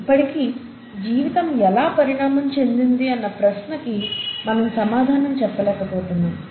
ఇప్పటికి జీవితం ఎలా పరిణామం చెందింది అన్న ప్రశ్నకి మనం సమాధానం చెప్పలేకపోతున్నాం